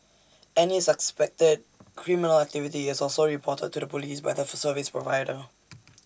any suspected criminal activity is also reported to the Police by the for service provider